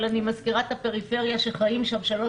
אבל אני מזכירה את הפריפריה בה חיים שלוש